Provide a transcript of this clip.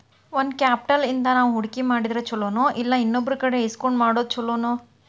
Own capital ಇಂದಾ ನಾವು ಹೂಡ್ಕಿ ಮಾಡಿದ್ರ ಛಲೊನೊಇಲ್ಲಾ ಇನ್ನೊಬ್ರಕಡೆ ಇಸ್ಕೊಂಡ್ ಮಾಡೊದ್ ಛೊಲೊನೊ?